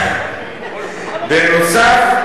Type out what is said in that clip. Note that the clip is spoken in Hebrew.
בנוסף,